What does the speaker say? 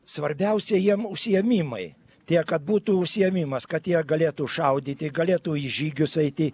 svarbiausia jiem užsiėmimai tie kad būtų užsiėmimas kad jie galėtų šaudyti galėtų į žygius eiti